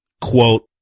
quote